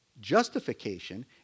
Justification